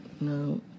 No